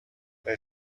they